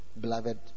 beloved